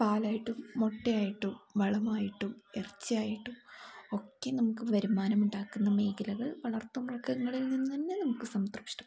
പാലായിട്ടും മുട്ട ആയിട്ടും വളമായിട്ടും ഇറച്ചി ആയിട്ടും ഒക്കെ നമുക്ക് വരുമാനമുണ്ടാക്കുന്ന മേഖലകൾ വളർത്തു മൃഗങ്ങളിൽ നിന്ന് തന്നെ നമുക്ക് സംതൃപ്ഷ്ടം